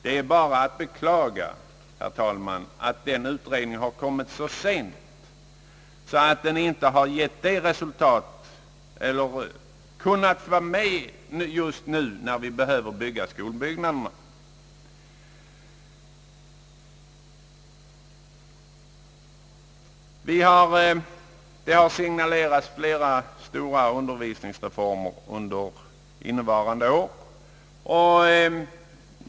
Det är bara att beklaga, herr talman, att den utredningen har kommit så sent att den inte kunnat beaktas just nu när vi behöver bygga skolorna. Det har signalerats flera stora undervisningsreformer under innevarande år.